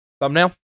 thumbnail